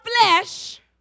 flesh